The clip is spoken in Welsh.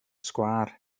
sgwâr